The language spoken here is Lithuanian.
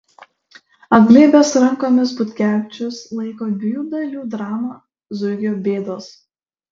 apglėbęs rankomis butkevičius laiko dviejų dalių dramą zuikio bėdos